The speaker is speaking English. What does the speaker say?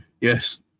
yes